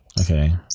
Okay